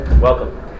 Welcome